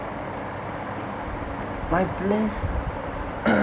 my blessed